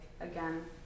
again